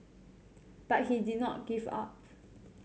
but he did not give up